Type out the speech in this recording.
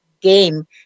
game